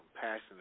passionate